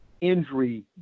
injury